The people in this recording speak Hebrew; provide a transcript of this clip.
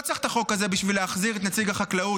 לא צריך את החוק הזה בשביל להחזיר את נציג החקלאות,